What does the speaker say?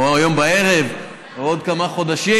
או היום בערב או בעוד כמה חודשים,